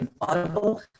audible